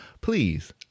please